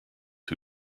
who